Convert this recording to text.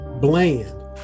Bland